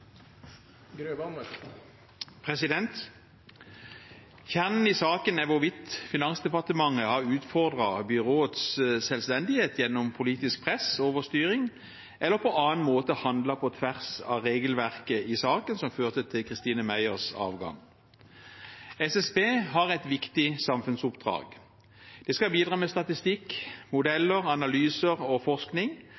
har vist i denne saka, er alt anna enn tillitvekkjande. Kjernen i saken er hvorvidt Finansdepartementet har utfordret byråets selvstendighet gjennom politisk press og overstyring eller på annen måte har handlet på tvers av regelverket i saken som førte til Christine Meyers avgang. SSB har et viktig samfunnsoppdrag. De skal bidra med statistikk,